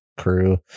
crew